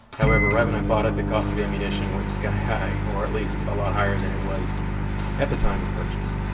however right when i bought it the cost of ammunition went sky high, or at least, a lot higher than it was at the time of purchase.